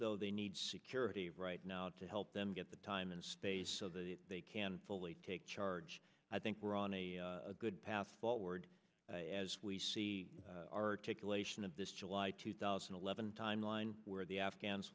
though they need security right now to help them get the time and space so that they can fully take charge i think we're on a good path forward as we see articulation of this july two thousand and eleven timeline where the afghans